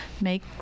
make